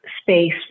space